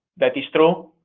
that is true,